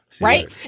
Right